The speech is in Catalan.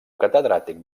catedràtic